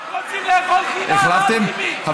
רק רוצים לאכול חינם, אה,